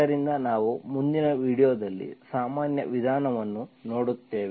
ಆದ್ದರಿಂದ ನಾವು ಮುಂದಿನ ವೀಡಿಯೊದಲ್ಲಿ ಸಾಮಾನ್ಯ ವಿಧಾನವನ್ನು ನೋಡುತ್ತೇವೆ